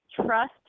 trust